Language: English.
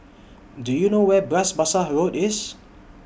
Do YOU know Where Bras Basah Road IS